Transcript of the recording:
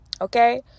okay